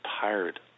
tired